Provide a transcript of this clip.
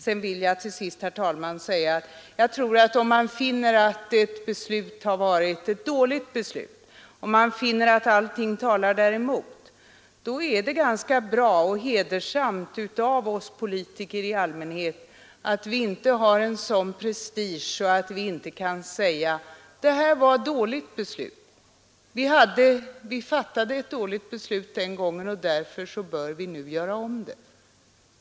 Sedan vill jag till sist, herr talman, säga att om vi finner att ett beslut har varit ett dåligt beslut och om vi finner att allting talar däremot, är det ganska bra och hedersamt av oss politiker i allmänhet att inte ha sådan prestige utan att vi kan säga: Vi fattade ett dåligt beslut den gången, och därför bör vi nu göra om det.